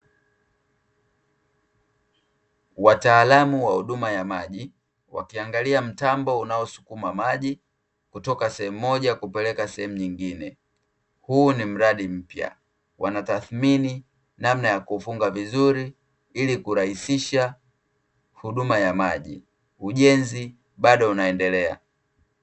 Wataalamu wa huduma ya maji, wakiangalia mtambo unaosukuma maji, kutoka sehemu moja kupeleka sehemu nyingine. Huu ni mradi mpya, wanatathmini namna ya kuufunga vizuri, ili kurahisisha huduma ya maji; ujenzi bado unaendelea.